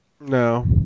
No